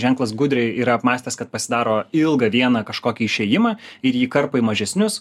ženklas gudriai yra apmąstęs kad pasidaro ilgą vieną kažkokį išėjimą ir jį karpo į mažesnius